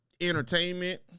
entertainment